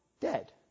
dead